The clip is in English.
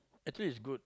actually it's good